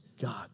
God